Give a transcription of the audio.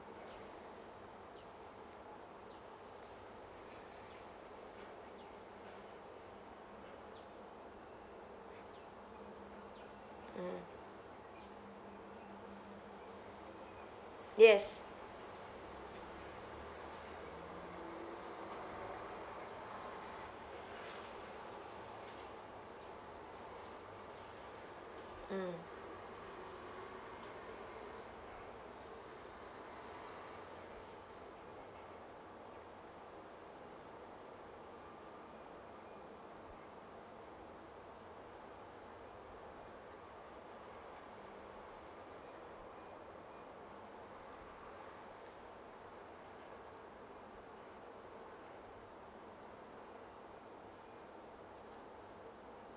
mm yes mm